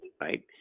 right